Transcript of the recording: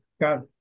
got